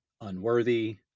unworthy